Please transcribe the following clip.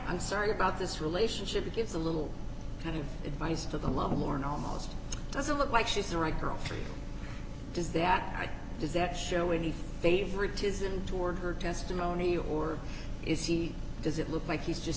i'm sorry about this relationship gives a little kind of advice to the level or an almost doesn't look like she's the right girl three does that does that show any favoritism toward her testimony or is she does it look like he's just